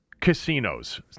casinos